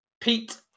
Pete